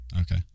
Okay